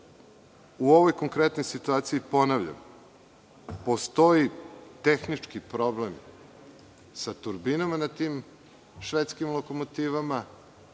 ovoj konkretnoj situaciji ponavljam, postoji tehnički problem sa turbinama na tim švedskim lokomotivama.